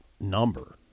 number